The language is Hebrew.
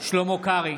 שלמה קרעי,